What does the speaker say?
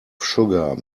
sugar